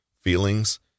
feelings